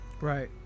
right